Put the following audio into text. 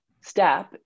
step